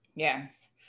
Yes